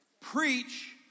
Preach